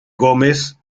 gómez